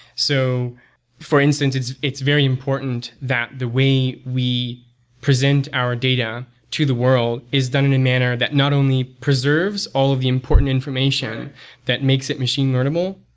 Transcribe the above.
so for instance, it's it's very important that the way we present our data to the world is done in a manner that not only preserves all of the important information that makes it machine learnable,